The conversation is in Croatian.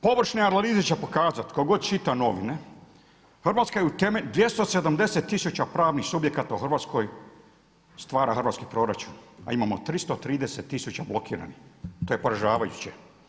Površne analize će pokazati tko god čita novine, Hrvatska je, 270000 pravnih subjekata u Hrvatskoj stvara hrvatski proračun, a imamo 330000 blokiranih. to je poražavajuće.